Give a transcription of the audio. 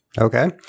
Okay